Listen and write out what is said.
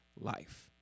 life